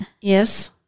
Yes